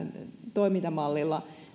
toimintamallillamme